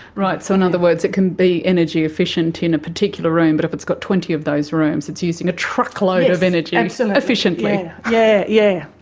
right. so in other words it can be energy-efficient in a particular room, but if it's got twenty of those rooms it's using a truckload of energy, um so efficiently. yeah yeah